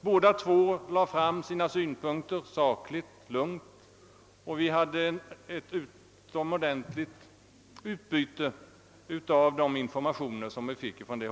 Båda verkens talesmän lade fram sina synpunkter sakligt och lugnt, och vi hade ett utomordentligt utbyte av de informationer som vi fick av dem.